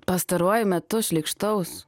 pastaruoju metu šlykštaus